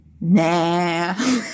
nah